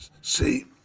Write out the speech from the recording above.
See